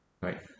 right